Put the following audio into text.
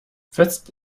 fest